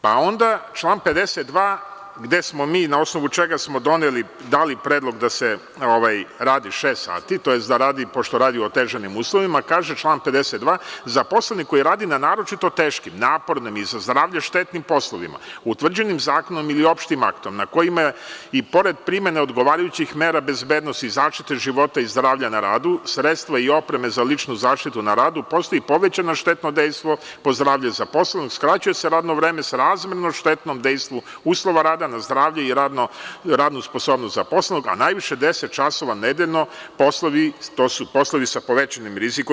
Pa, onda član 52. gde smo mi na osnovu čega smo dali predlog da se radi šest sati, tj. pošto radi u otežanim uslovima kaže član 52. – zaposleni koji radi na naročito teškim, napornim i za zdravlje štetnim poslovima utvrđenim zakonom ili opštim aktom na kojima i pored primene odgovarajućih mera bezbednosti i zaštite života i zdravlja na radu, sredstva i opreme za ličnu zaštitu na radu, postoji povećano štetno dejstvo po zdravlje za posao, skraćuje se radno vreme srazmerno štetnom dejstvu uslova rada na zdravlje i radnu sposobnost zaposlenog, a najviše deset časova nedeljno, to su poslovi sa najvećim rizikom.